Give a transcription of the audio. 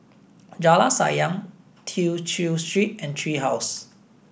Jalan Sayang Tew Chew Street and Tree House